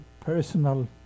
personal